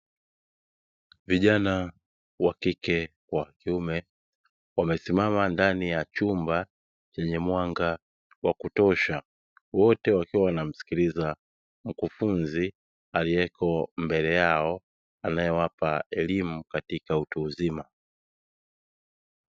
Vijana wa kike kwa wa kiume wamesimama ndani ya chumba chenye mwanga wa kutosha, wote wakiwa wanamsikiliza mkufunzi aliyeko mbele yao, anayewapa elimu katika utu uzima.